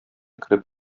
кереп